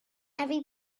every